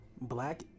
Black